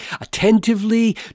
attentively